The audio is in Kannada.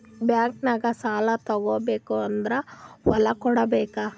ಬ್ಯಾಂಕ್ನಾಗ ಸಾಲ ತಗೋ ಬೇಕಾದ್ರ್ ಹೊಲ ಕೊಡಬೇಕಾ?